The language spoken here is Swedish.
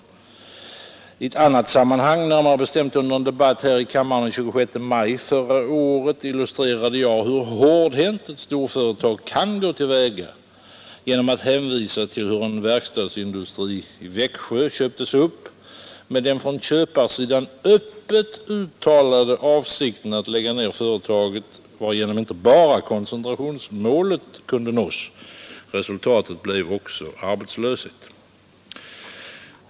Men i ett annat sammanhang, närmare bestämt under en debatt här i kammaren den 26 maj förra året, illustrerade jag hur hårdhänt ett storföretag kan gå till väga genom att hänvisa till hur en verkstadsindustri i Växjö köptes upp med den från köparsidan öppet uttalade avsikten att lägga ned företaget, varigenom inte bara koncentrationsmålet kunde uppnås. Resultatet blev också arbetslöshet.